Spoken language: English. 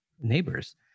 neighbors